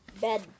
bed